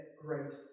great